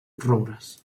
roures